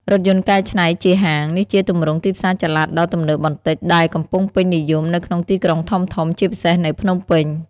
រថយន្តកែច្នៃជាហាង នេះជាទម្រង់ទីផ្សារចល័តដ៏ទំនើបបន្តិច ដែលកំពុងពេញនិយមនៅក្នុងទីក្រុងធំៗ ជាពិសេសនៅភ្នំពេញ។